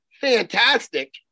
fantastic